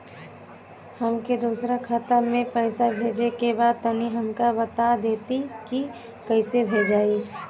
हमके दूसरा खाता में पैसा भेजे के बा तनि हमके बता देती की कइसे भेजाई?